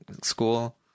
school